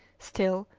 still,